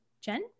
Jen